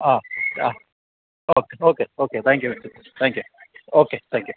ആ ആ okay okay okay thank you വെച്ചു താങ്ക്യൂ ഓക്കെ താങ്ക്യൂ